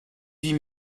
huit